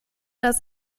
das